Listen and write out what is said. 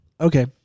okay